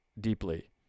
deeply